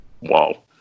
Wow